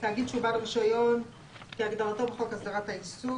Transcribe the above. תאגיד שהוא בעל רישיון כהגדרתו בחוק הסדרת העיסוק